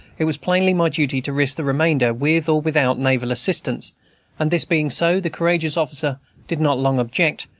it was plainly my duty to risk the remainder with or without naval assistance and this being so, the courageous officer did not long object,